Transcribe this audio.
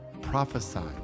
prophesied